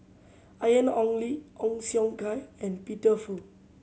Ian Ong Li Ong Siong Kai and Peter Fu